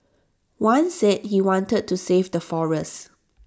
one said he wanted to save the forests